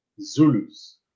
Zulus